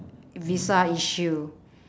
visa issue